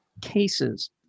cases